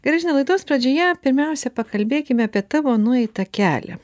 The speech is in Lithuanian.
gražina laidos pradžioje pirmiausia pakalbėkime apie tavo nueitą kelią